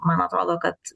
man atrodo kad